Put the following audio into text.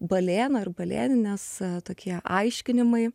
balėno ir balėnienės tokie aiškinimai